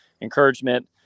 encouragement